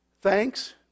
Thanks